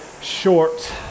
short